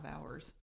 hours